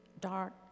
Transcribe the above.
dark